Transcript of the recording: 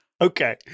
Okay